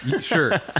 Sure